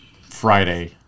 Friday